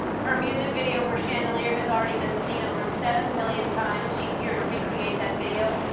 her music video for chandelier has already been seen over seven million times. she's here to recreate that video.